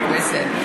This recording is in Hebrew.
תודה רבה.